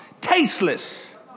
tasteless